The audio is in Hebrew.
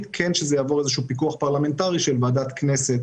או שזה יעבור איזה שהוא פיקוח פרלמנטרי של ועדת כנסת